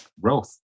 growth